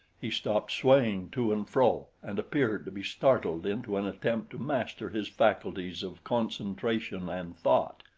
he stopped swaying to and fro and appeared to be startled into an attempt to master his faculties of concentration and thought.